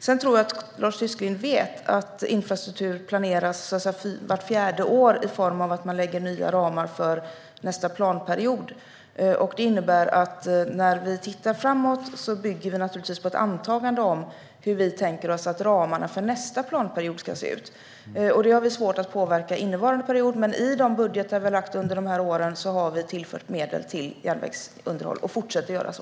Sedan tror jag att Lars Tysklind vet att infrastruktur planeras vart fjärde år i form av att man lägger nya ramar för nästa planperiod. Det innebär att när vi tittar framåt bygger vi naturligtvis på ett antagande om hur vi tänker oss att ramarna för nästa planperiod ska se ut. Det har vi svårt att påverka innevarande period. Men i de budgetar vi har lagt fram under de här åren har vi tillfört medel till järnvägsunderhåll, och vi fortsätter att göra så.